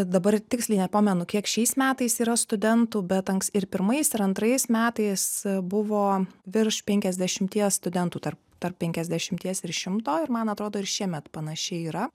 dabar tiksliai nepamenu kiek šiais metais yra studentų bet anks ir pirmais ir antrais metais buvo virš penkiasdešimties studentų tarp tarp penkiasdešimties ir šimto ir man atrodo ir šiemet panašiai yra